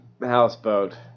houseboat